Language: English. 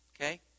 Okay